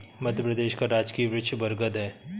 मध्य प्रदेश का राजकीय वृक्ष बरगद है